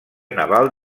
naval